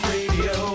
Radio